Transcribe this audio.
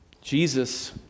Jesus